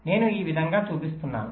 నేను ఈ విధంగా చూపిస్తున్నాను